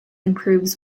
improves